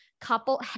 couple